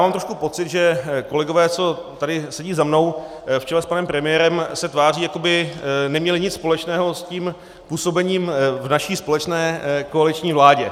Mám trošku pocit, že kolegové, co tady sedí za mnou, v čele s panem premiérem se tváří, jako by neměli nic společného s působením v naší společné koaliční vládě.